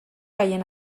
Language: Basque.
haien